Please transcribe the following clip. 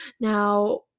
Now